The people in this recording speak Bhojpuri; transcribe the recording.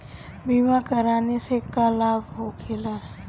बीमा कराने से का लाभ होखेला?